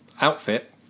outfit